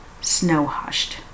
snow-hushed